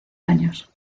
años